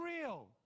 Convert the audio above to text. real